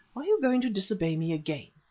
are you going to disobey me again?